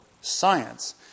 science